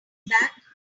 back